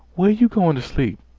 where you goin' t' sleep?